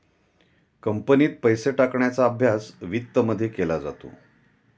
कंपनीत पैसे टाकण्याचा अभ्यास वित्तमध्ये केला जातो